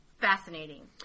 fascinating